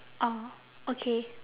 oh okay